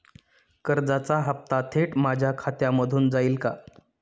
कर्जाचा हप्ता थेट माझ्या खात्यामधून जाईल का?